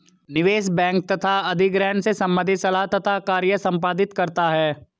निवेश बैंक तथा अधिग्रहण से संबंधित सलाह तथा कार्य संपादित करता है